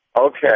Okay